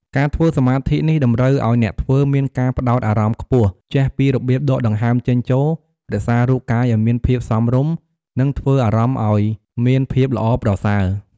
ការធ្វើសមាធិនេះ តម្រូវឲ្យអ្នកធ្វើមានការផ្ដោតអារម្មណ៍ខ្ពស់ ចេះពីរបៀបដកដង្ហើមចេញចូល រក្សារូបកាយឲ្យមានភាពសមរម្យ និងធ្វើអារម្មណ៍ឲ្យមានភាពល្អប្រសើរ។